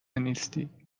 نیستی٬پس